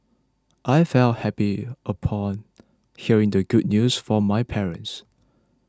I felt happy upon hearing the good news from my parents